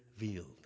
revealed